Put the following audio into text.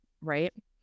right